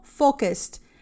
focused